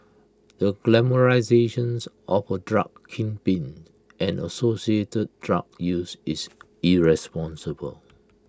the glamorisations of A drug kingpin and associated drug use is irresponsible